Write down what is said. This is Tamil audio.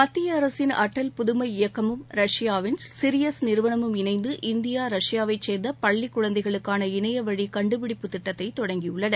மத்திய அரசின் அடல் புதுமை இயக்கமும் ரஷ்யாவின் சிரியஸ் நிறுவனமும் இணைந்து இந்தியா ரஷ்யாவைச் சேர்ந்த பள்ளிக் குழந்தைகளுக்கான இணைய வழி கண்டுபிடிப்புத் திட்டத்தை தொடங்கியுள்ளன